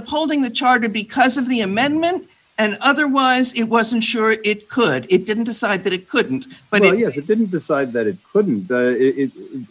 upholding the charter because of the amendment and otherwise it wasn't sure it could it didn't decide that it couldn't but if it didn't decide that it wouldn't